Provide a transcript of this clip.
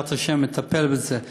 בעזרת השם, אטפל בזה.